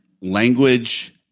language